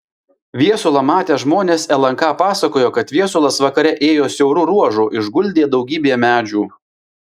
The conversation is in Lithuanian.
viesulą matę žmonės lnk pasakojo kad viesulas vakare ėjo siauru ruožu išguldė daugybė medžių